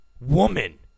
woman